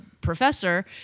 professor